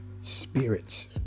spirits